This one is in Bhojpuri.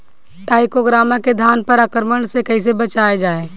टाइक्रोग्रामा के धान पर आक्रमण से कैसे बचाया जाए?